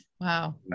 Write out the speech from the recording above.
Wow